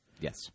Yes